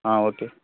okay